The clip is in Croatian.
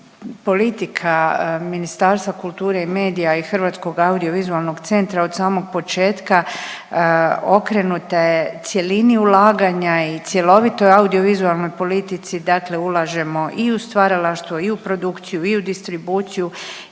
politika Ministarstva kulture i medija i Hrvatskog audiovizualnog centra od samog početka, okrenuta je cjelini ulaganja i cjelovitoj audiovizualnoj politici dakle ulažemo i u stvaralaštvo i u produkciju i u distribuciju